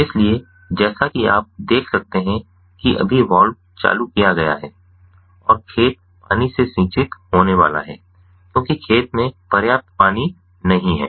इसलिए जैसा कि आप देख सकते हैं कि अभी वाल्व चालू किया गया है और खेत पानी से सिंचित होने वाला है क्योंकि खेत में पर्याप्त पानी नहीं है